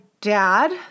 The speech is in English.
dad